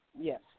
Yes